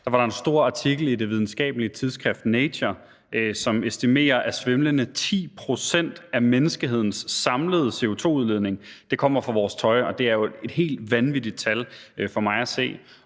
var der en stor artikel i det videnskabelige tidsskrift »Nature«, som estimerer, at svimlende 10 pct. af menneskehedens samlede CO2-udledning kommer fra vores tøj, og det er jo for mig at se